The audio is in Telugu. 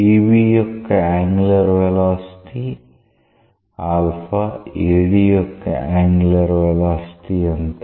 AB యొక్క యాంగులర్ వెలాసిటీ AD యొక్క యాంగులర్ వెలాసిటీ ఎంత